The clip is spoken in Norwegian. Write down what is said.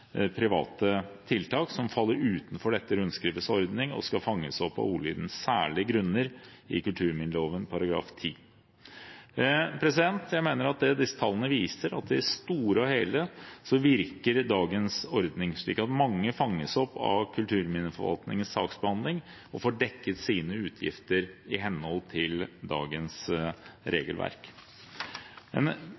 private tiltak som faller utenfor dette rundskrivets ordning, og skal fanges opp av ordlyden «særlige grunner» i kulturminneloven § 10. Jeg mener at det disse tallene viser, er at i det store og hele virker dagens ordning, slik at mange fanges opp av kulturminneforvaltningens saksbehandling og får dekket sine utgifter i henhold til dagens